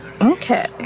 Okay